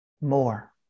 more